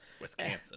Wisconsin